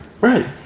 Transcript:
Right